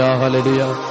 hallelujah